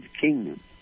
kingdom